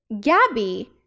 Gabby